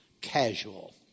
casual